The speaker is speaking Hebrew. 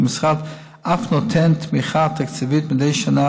והמשרד אף נותן תמיכה תקציבית מדי שנה